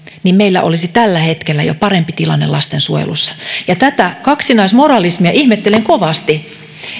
niin meillä olisi tällä hetkellä jo parempi tilanne lastensuojelussa tätä kaksinaismoralismia ihmettelen kovasti